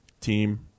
team –